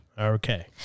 Okay